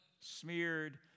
smeared